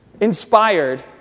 inspired